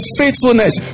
faithfulness